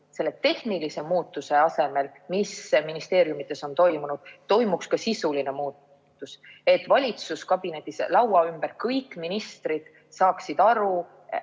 selle tehnilise muutuse asemel, mis ministeeriumides on toimunud, toimuks ka sisuline muutus, et valitsuskabinetis kõik ministrid laua